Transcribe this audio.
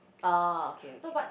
oh okay okay okay